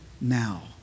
now